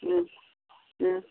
ꯎꯝ ꯎꯝ